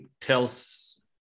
tells